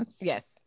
yes